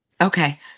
Okay